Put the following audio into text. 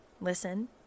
listen